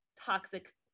toxic